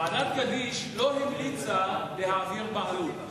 ועדת-גדיש לא המליצה להעביר בעלות.